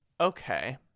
Okay